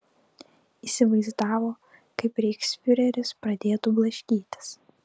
įsivaizdavo kaip reichsfiureris pradėtų blaškytis